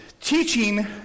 teaching